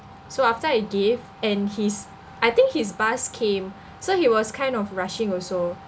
so after I gave and his I think his bus came so he was kind of rushing also